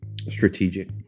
strategic